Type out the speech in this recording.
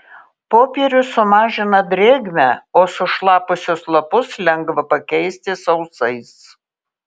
popierius sumažina drėgmę o sušlapusius lapus lengva pakeisti sausais